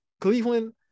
Cleveland